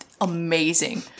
amazing